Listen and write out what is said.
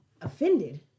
offended